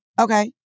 Okay